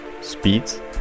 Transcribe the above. speeds